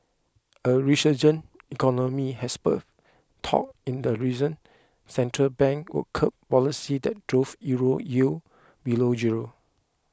a resurgent economy has spurred talk in the region's central bank will curb policies that drove Euro yields below zero